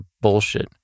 bullshit